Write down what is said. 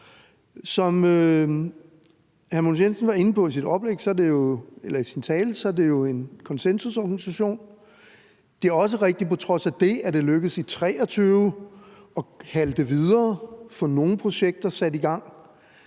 Mogens Jensen var inde på i sin tale, er det jo en konsensusorganisation. Det er også rigtigt, at det på trods af det er lykkedes i 2023 at halte vide og få nogle projekter sat i gang,